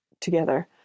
together